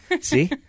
See